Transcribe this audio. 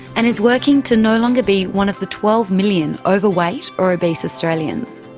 and is working to no longer be one of the twelve million overweight or obese australians.